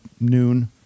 noon